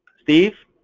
steve?